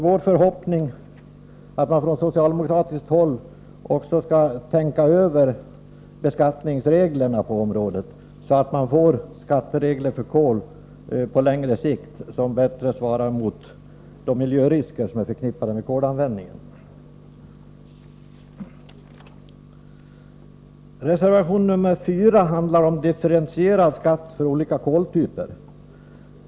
Vår förhoppning är att man från socialdemokratiskt håll också skall tänka över beskattningsreglerna på området så att man får skatteregler för kol som på längre sikt bättre svarar mot de miljörisker som är förknippade med kolanvändningen. Reservation 4 handlar om differentierad skatt för olika koltyper.